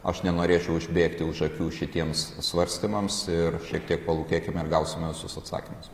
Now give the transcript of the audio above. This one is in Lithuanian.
aš nenorėčiau užbėgti už akių šitiems svarstymams ir šiek tiek palūkėkim ar gausime visus atsakymus